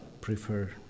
prefer